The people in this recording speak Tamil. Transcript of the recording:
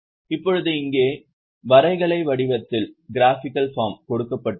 இப்போது இங்கே வரைகலை வடிவத்தில் கொடுக்கப்பட்டுள்ளது